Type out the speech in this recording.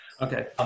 Okay